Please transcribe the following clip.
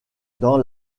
dans